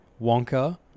Wonka